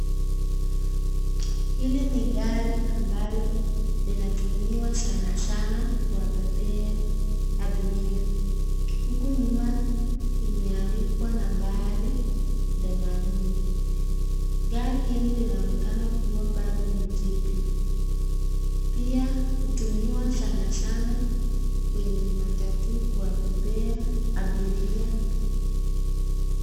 Hili ni gari ambalo linatumiwa sana sana kubebea abiria. Huku nyuma, imeandikwa nambali themanini. Gari hili linaonekana kuwa bado ni jipya. Pia hutumiwa sana sana kwenye matatu kuwabebea abiria.